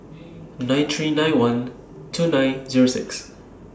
nine three nine one two nine Zero six